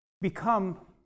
become